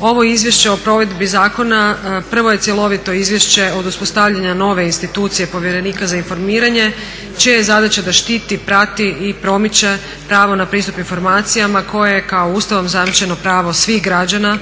Ovo izvješće o provedbi zakona prvo je cjelovito izvješće od uspostavljanja nove institucije povjerenika za informiranje čija je zadaća da štiti, prati i promiče pravo na pristup informacijama koje je kao Ustavom zajamčeno pravo svih građana